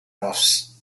graphs